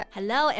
Hello